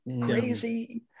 crazy